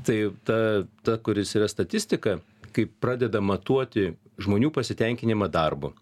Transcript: tai ta ta kuris yra statistika kai pradeda matuoti žmonių pasitenkinimą darbu